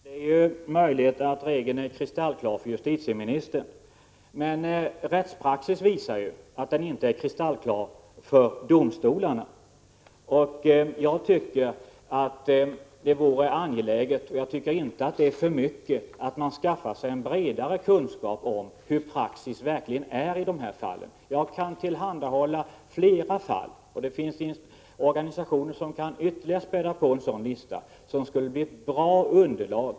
Herr talman! Det är möjligt att regeln är kristallklar för justitieministern, men rättspraxis visar att den inte är kristallklar för domstolarna. Jag tycker att det är angeläget — det är inte för mycket begärt — att man skaffar sig bredare kunskap om hur praxis verkligen är i dessa fall. Jag kan tillhandahålla flera fall, och organisationer kan ytterligare späda på en sådan lista, som skulle kunna utgöra ett bra underlag.